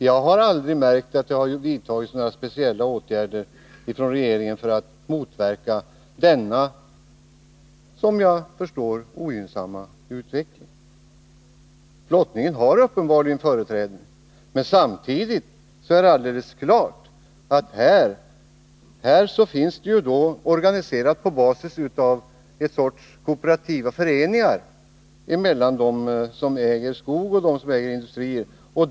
Jag har aldrig märkt att det vidtagits några speciella åtgärder av regeringen för att motverka denna, så vitt jag förstår, ogynnsamma utveckling. Flottningen har uppenbarligen företräden, men samtidigt är det alldeles klart att det finns en sorts kooperativa föreningar organiserade mellan dem som äger skog och dem som äger industrier.